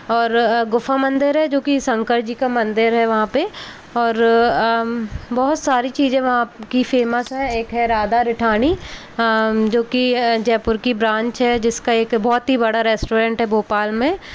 और गुफ़ा मंदिर है जो कि शंकर जी का मंदिर है वहाँ पे और बहुत सारी चीज़ें वहाँ कि फ़ेमस हैं एक है राधा रिठाणी जो कि जयपुर की ब्रांच है जिसका एक बहुत ही बड़ा रेस्ट्रोरेंट है भोपाल में